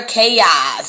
Chaos